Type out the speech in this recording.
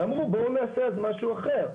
ואמרו בואו נעשה אז משהו אחר.